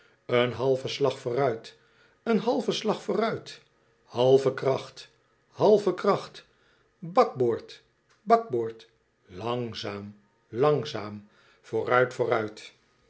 een halve slag vooruit een halve slag vooruit halve kracht halve kracht bakboord bakboord langzaam langzaam yooruit vooruit